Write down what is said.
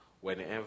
whenever